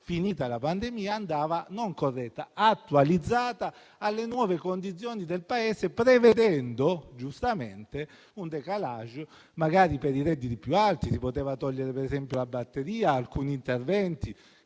finita la pandemia, andava non corretta, ma attualizzata alle nuove condizioni del Paese, prevedendo giustamente un *décalage* magari per i redditi più alti; si poteva togliere, per esempio, la batteria ad alcuni interventi,